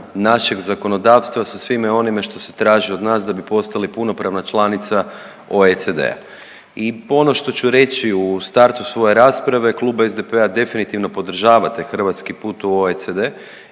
našeg zakonodavstva sa svime onime što se traži od nas da bi postali punopravna članica OECD-a. I ono što ću reći u startu svoje rasprave Klub SDP definitivno podržava taj hrvatski put u OECD